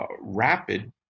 rapid